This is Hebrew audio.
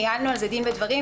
ניהלנו על זה דין ודברים,